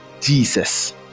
Jesus